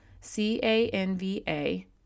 C-A-N-V-A